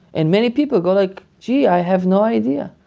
and many people go like, gee! i have no idea.